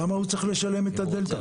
למה הוא צריך לשלם את הדלתא?